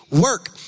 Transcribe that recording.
work